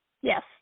Yes